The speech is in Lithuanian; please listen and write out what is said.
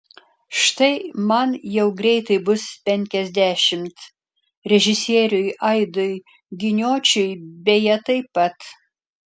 štai man jau greitai bus penkiasdešimt režisieriui aidui giniočiui beje taip pat